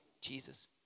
Jesus